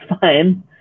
fine